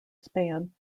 span